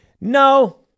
No